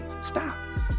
stop